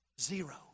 Zero